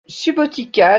subotica